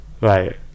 Right